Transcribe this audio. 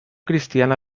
cristiana